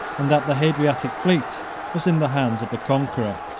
and that the hadriatic fleet was in the hands of the conqueror.